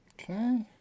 Okay